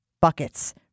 buckets